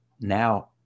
now